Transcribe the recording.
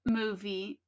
movie